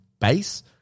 base